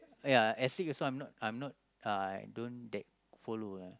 ya Asics also I am not I am not I don't that follow ah